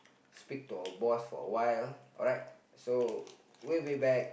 speak to our boss for awhile alright so we will be back